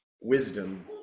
Wisdom